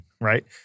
right